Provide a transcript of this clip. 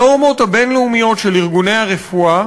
הנורמות הבין-לאומיות של ארגוני הרפואה